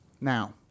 now